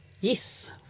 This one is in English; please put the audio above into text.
Yes